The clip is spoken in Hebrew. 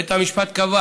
בית המשפט קבע